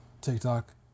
TikTok